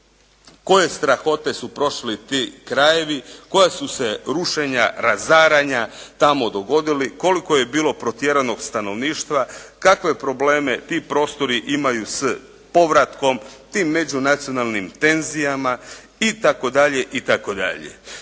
koje strahote su prošli ti krajevi, koja su se rušenja, razaranja tamo dogodili, koliko je bilo protjeranog stanovništva, kakve probleme ti prostori imaju sa povratkom tim međunacionalnim tenzijama itd., itd..